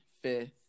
fifth